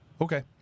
okay